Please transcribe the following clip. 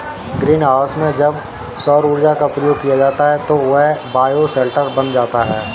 green house में जब सौर ऊर्जा का प्रयोग किया जाता है तो वह बायोशेल्टर बन जाता है